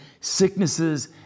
sicknesses